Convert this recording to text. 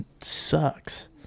sucks